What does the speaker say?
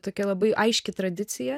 tokia labai aiški tradicija